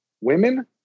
women